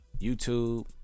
YouTube